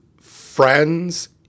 friends